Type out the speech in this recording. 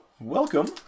Welcome